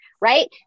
right